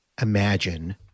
imagine